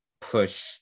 push